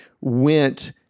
went